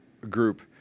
group